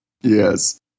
Yes